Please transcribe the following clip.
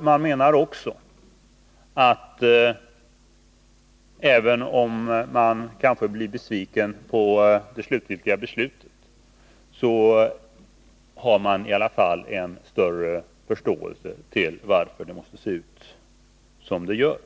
Man menar också att människor då, även om de kanske blir besvikna på det beslut som så småningom fattas, i alla fall kommer att få en större förståelse för att det kommer att utformas på det sätt som blir